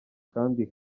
kandi